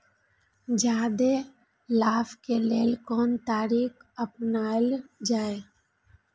जादे लाभ के लेल कोन तरीका अपनायल जाय?